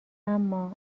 اما